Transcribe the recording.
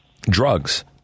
drugs